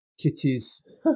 kitties